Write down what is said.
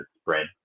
spread